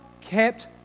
kept